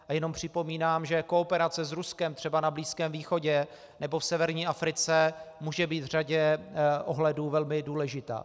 A jenom připomínám, že kooperace s Ruskem třeba na Blízkém východě nebo v severní Africe může být v řadě ohledů velmi důležitá.